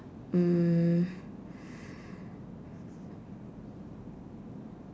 mm